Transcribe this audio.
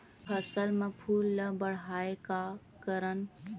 फसल म फूल ल बढ़ाय का करन?